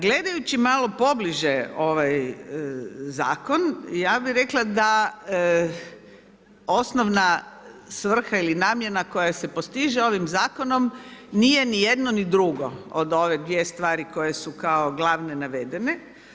Gledajući malo pobliže ovaj zakon, ja bi rekla da osnovna svrha ili namjena koja se postiže ovim zakonom nije nijedno ni drugo od ove dvije stvari koje su kao glavne navedene.